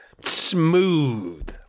Smooth